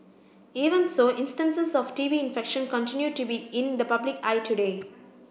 even so instances of T B infection continue to be in the public eye today